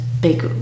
big